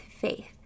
faith